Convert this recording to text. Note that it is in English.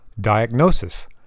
diagnosis